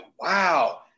wow